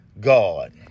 God